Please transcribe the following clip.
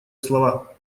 слова